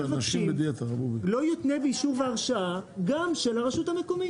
אנחנו מבקשים לא יותנה באישור והרשאה גם של הרשות המקומית.